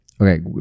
Okay